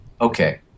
Okay